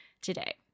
today